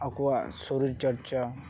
ᱟᱠᱚᱣᱟᱜ ᱥᱚᱨᱤᱨ ᱪᱚᱨᱪᱟ